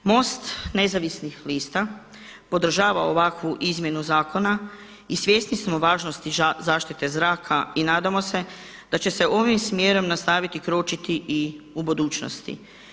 MOST Nezavisnih lista podržava ovakvu izmjenu zakona i svjesni smo važnosti zaštite zraka i nadamo se da će se ovim smjerom nastaviti kročiti i u budućnosti.